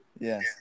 Yes